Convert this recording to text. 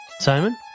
Simon